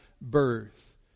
birth